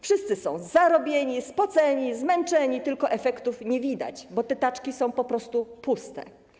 Wszyscy są zarobieni, spoceni, zmęczeni, tylko efektów nie widać, bo te taczki są po prostu puste.